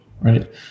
right